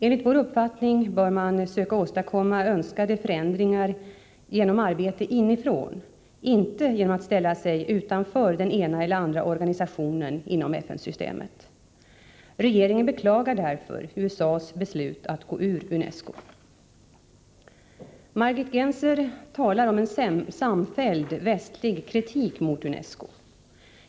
Enligt vår uppfattning bör man söka åstadkomma önskade förändringar genom arbete inifrån, inte genom att ställa sig utanför den ena eller den andra organisationen inom FN-systemet. Regeringen beklagar därför USA:s beslut att gå ur UNESCO. Margit Gennser talar om en samfälld västlig kritik mot UNESCO.